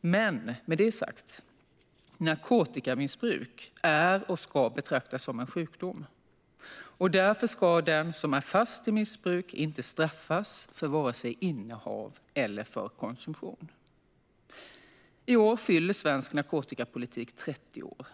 Men med det sagt är narkotikamissbruk en sjukdom och ska betraktas som en sådan. Därför ska den som är fast i missbruk inte straffas för vare sig innehav eller konsumtion. I år fyller svensk narkotikapolitik 30 år.